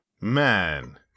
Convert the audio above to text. Man